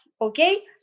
okay